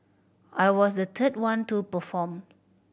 I was the third one to perform